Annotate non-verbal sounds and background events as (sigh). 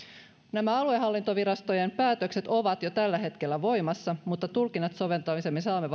nämä aluehallintovirastojen päätökset ovat jo tällä hetkellä voimassa mutta tulkinnat soveltamisesta me saamme (unintelligible)